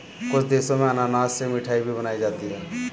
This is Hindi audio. कुछ देशों में अनानास से मिठाई भी बनाई जाती है